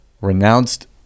renounced